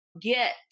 get